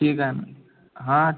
ठीक आहे ना हा